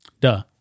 Duh